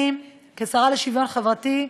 אני, כשרה לשוויון חברתי,